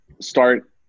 start